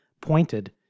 pointed